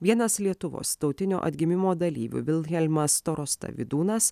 vienas lietuvos tautinio atgimimo dalyvių vilhelmas storasta vydūnas